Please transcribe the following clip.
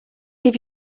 give